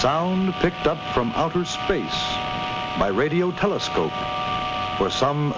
sound picked up from outer space by radio telescope for some